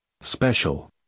Special